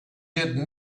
had